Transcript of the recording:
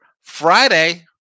Friday